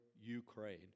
Ukraine